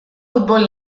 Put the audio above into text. futbol